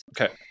okay